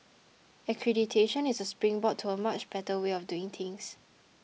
accreditation is a springboard to a much better way of doing things